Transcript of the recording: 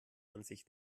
ansicht